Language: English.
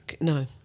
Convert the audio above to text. No